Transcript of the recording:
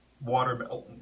watermelon